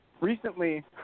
Recently